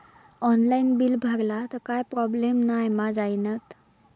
Online bill भरला तर काय प्रोब्लेम नाय मा जाईनत?